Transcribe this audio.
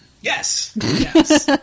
Yes